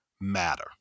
Matter